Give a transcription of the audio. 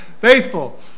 Faithful